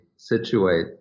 situate